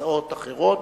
הצעות אחרות.